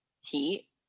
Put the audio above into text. heat